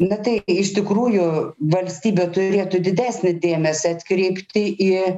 na tai iš tikrųjų valstybė turėtų didesnį dėmesį atkreipti į